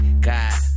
god